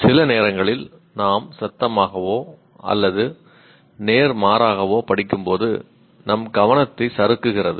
சில நேரங்களில் நாம் சத்தமாகவோ அல்லது நேர்மாறாகவோ படிக்கும்போது நம் கவனத்தை சறுக்குகிறது